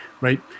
right